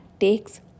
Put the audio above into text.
takes